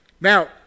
Now